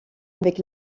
avec